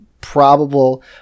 probable